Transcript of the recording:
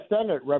Senate